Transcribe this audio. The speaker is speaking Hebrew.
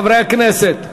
חברי הכנסת.